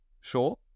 sure